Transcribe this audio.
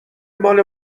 مال